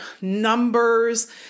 numbers